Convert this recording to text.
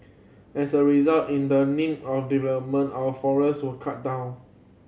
as a result in the name of development our forest were cut down